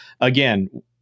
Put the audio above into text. again